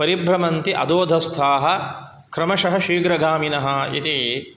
परिभ्रमन्ति अधोऽधस्ताः क्रमशः शीघ्रगामिनः इति